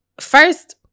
First